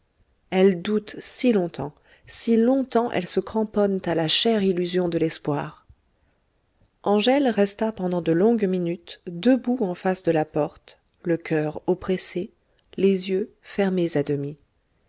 elles doutent si longtemps si longtemps elles se cramponnent à la chère illusion de l'espoir angèle resta pendant de longues minutes debout en face de la porte le coeur oppressé les yeux fermés à demi